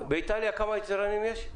כמה יצרים יש באיטליה?